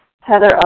Heather